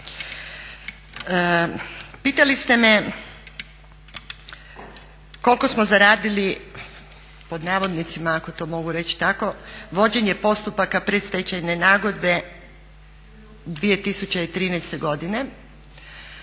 Pitali ste me koliko smo zaradili pod navodnicima ako to mogu reći tako vođenje postupaka predstečajne nagodbe 2013. godine.